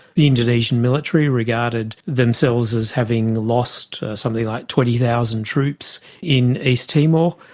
the indonesian military regarded themselves as having lost something like twenty thousand troops in east timor,